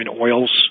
oils